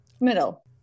middle